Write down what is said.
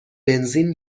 بنزین